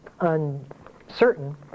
uncertain